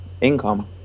income